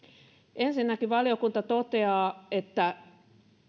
ensinnäkin valiokunta toteaa että